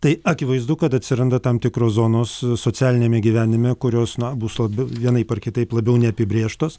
tai akivaizdu kad atsiranda tam tikros zonos socialiniame gyvenime kurios na bus labiau vienaip ar kitaip labiau neapibrėžtos